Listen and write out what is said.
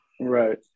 Right